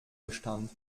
bestand